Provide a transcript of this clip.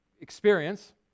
experience